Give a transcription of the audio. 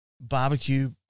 barbecue